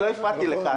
לא הפרעתי לך.